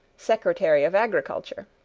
secretary of agriculture.